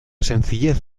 sencillez